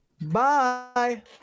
Bye